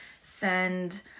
send